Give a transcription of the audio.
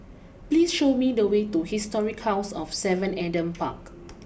please show me the way to Historic house of seven Adam Park